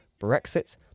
Brexit